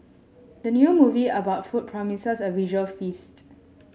the new movie about food promises a visual feast